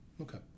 Okay